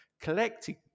Collecting